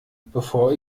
bevor